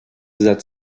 lat